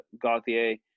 Gauthier